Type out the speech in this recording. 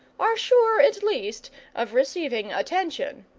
are sure at least of receiving attention.